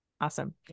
Awesome